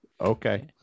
Okay